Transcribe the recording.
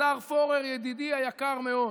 השר פורר, ידידי היקר מאוד,